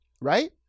right